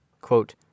quote